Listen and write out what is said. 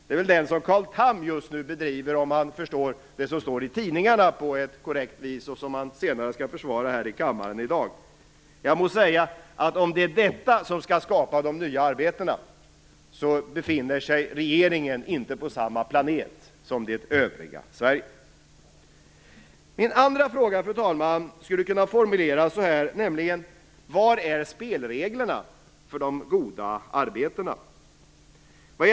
Det är väl den som Carl Tham just nu bedriver om man förstår det som står i tidningarna på ett korrekt vis och som han senare skall försvara här i kammaren i dag. Jag må säga att om det är detta som skall skapa de nya arbetena så befinner sig regeringen inte på samma planet som det övriga Sverige. Min andra fråga, fru talman, skulle kunna formuleras så här: Var är spelreglerna för de goda arbetena?